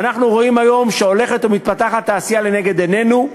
ואנחנו רואים היום שהולכת ומתפתחת תעשייה לנגד עינינו.